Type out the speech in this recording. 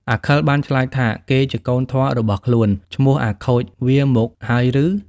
អាខិលបានឆ្លើយថាគេជាកូនធម៌របស់ខ្លួន ឈ្មោះអាខូចវាមកហើយឬ។